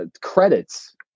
credits